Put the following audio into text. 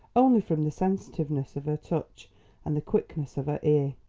only from the sensitiveness of her touch and the quickness of her ear.